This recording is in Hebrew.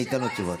אני אתן לו תשובות.